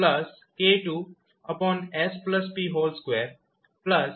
k2sp2 k1sp1 F1